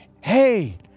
Hey